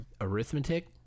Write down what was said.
arithmetic